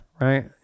right